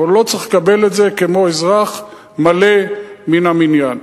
אבל הוא לא צריך לקבל את זה כמו אזרח מלא מן המניין.